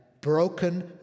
broken